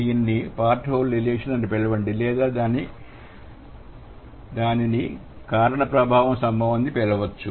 దీనిని part whole relation అని పిలవండి లేదా దానిని కారణ ప్రభావ సంబంధం అని పిలవవచ్చు